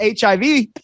hiv